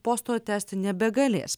posto tęsti nebegalės